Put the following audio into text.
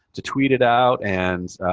to tweet it out, and,